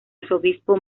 arzobispo